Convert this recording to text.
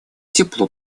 тепло